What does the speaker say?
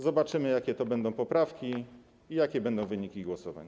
Zobaczymy, jakie to będą poprawki i jakie będą wyniki głosowań.